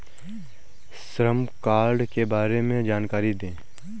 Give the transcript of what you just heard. श्रम कार्ड के बारे में जानकारी दें?